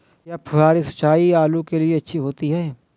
क्या फुहारी सिंचाई आलू के लिए अच्छी होती है?